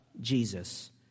Jesus